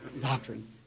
Doctrine